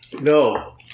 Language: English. No